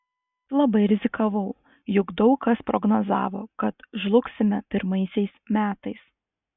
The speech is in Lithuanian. aš labai rizikavau juk daug kas prognozavo kad žlugsime pirmaisiais metais